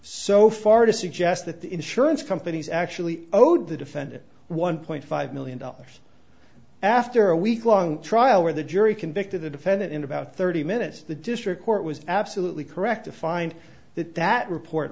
so far to suggest that the insurance companies actually owed the defendant one point five million dollars after a week long trial where the jury convicted the defendant in about thirty minutes the district court was absolutely correct to find that that report